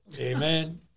Amen